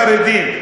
החרדים,